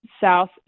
south